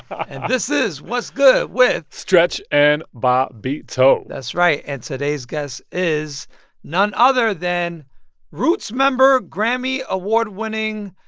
and this is what's good with. stretch and bobbito. that's right. and today's guest is none other than roots member, grammy award winning,